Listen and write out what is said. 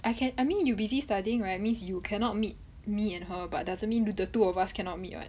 I can I mean you busy studying right means you cannot meet me and her but doesn't mean the two of us cannot meet [what]